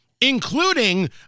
Including